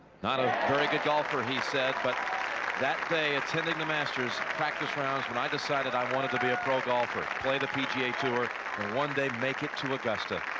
not a golfer, he said, but that day attending the masters practice round but he decided i wanted to be a pro golfer. played the pga tour one day make it to augusta.